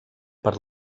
per